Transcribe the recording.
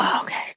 Okay